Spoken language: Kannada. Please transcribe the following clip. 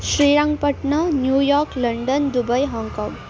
Srirangapatna New York London Dubai Hong Kong